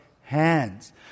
hands